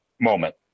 moment